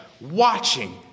watching